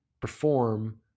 perform